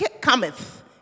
cometh